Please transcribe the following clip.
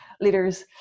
leaders